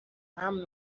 امن